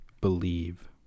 believe